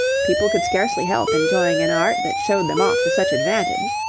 people could scarcely help enjoying an art that showed them off to such advantage.